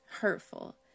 hurtful